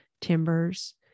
timbers